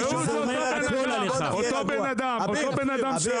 חבר הכנסת כלפון,